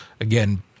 again